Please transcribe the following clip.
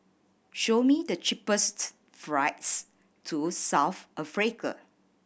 show me the cheapest flights to South Africa